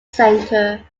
centre